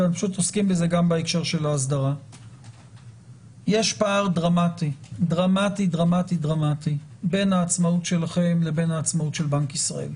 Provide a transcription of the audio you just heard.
יש פער דרמטי-דרמטי בין העצמאות שלכם לעצמאות של בנק ישראל.